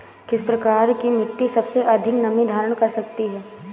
किस प्रकार की मिट्टी सबसे अधिक नमी धारण कर सकती है?